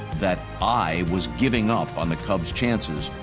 that i was giving up on the cubs chances.